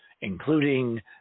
including